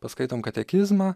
paskaitom katekizmą